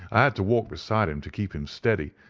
i had to walk beside him to keep him steady,